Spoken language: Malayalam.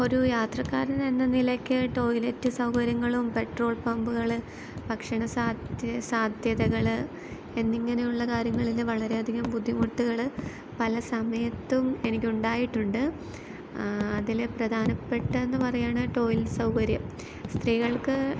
ഒരു യാത്രക്കാരൻ എന്ന നിലയ്ക്ക് ടോയ്ലെറ്റ് സൗകര്യങ്ങളും പെട്രോൾ പമ്പുകൾ ഭക്ഷണസാധ്യ സാധ്യതകൾ എന്നിങ്ങനെയുള്ള കാര്യങ്ങളിൽ വളരെയധികം ബുദ്ധിമുട്ടുകൾ പല സമയത്തും എനിക്ക് ഉണ്ടായിട്ടുണ്ട് അതിൽ പ്രധാനപ്പെട്ടതെന്ന് പറയാൻ ടോയ്ലറ്റ് സൗകര്യം സ്ത്രീകൾക്ക്